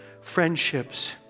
friendships